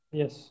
yes